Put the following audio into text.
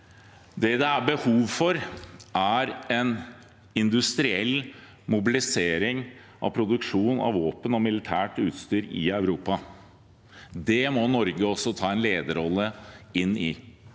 det det er behov for, er en industriell mobilisering av produksjon av våpen og militært utstyr i Europa. Det må Norge også ta en lederrolle i.